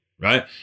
Right